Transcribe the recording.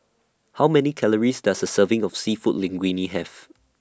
How Many Calories Does A Serving of Seafood Linguine Have